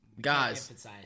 Guys